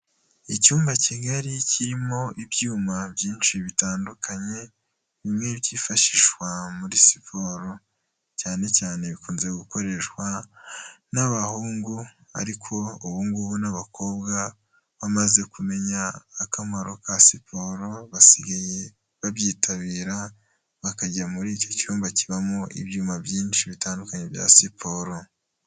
Icyumba kigari kirimo ibyuma byinshi bitandukanye, bimwe byifashishwa muri siporo, cyane cyane bikunze gukoreshwa n'abahungu ariko ubu ngubu n'abakobwa bamaze kumenya akamaro ka siporo, basigaye babyitabira bakajya muri icyo cyumba kibamo ibyuma byinshi bitandukanye bya siporo.